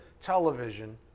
television